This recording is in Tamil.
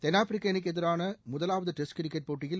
தெள்ளாப்பிரிக்க அணிக்கு எதிரான முதலாவது டெஸ்ட் கிரிக்கெட் போட்டியில்